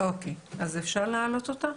האמת שאני פה לדבר בשם הקהילה,